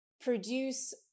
produce